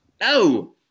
No